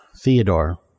Theodore